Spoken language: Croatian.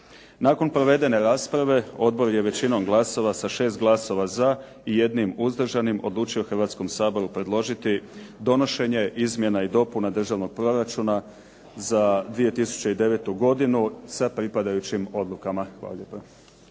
Nakon provedene rasprave odbor je većinom glasova sa 6 glasova za i 1 uzdržanim odlučio Hrvatskom saboru predložiti donošenje izmjena i dopuna državnog proračuna za 2009. godinu sa pripadajućim odlukama. Hvala lijepa.